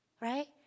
right